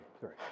sorry